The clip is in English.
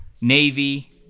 Navy